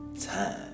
Time